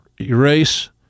erase